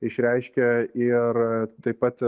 išreiškę ir taip pat